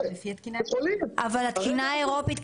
אבל כמה מאשרת התקינה האירופית?